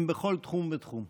הם בכל תחום ותחום.